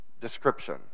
description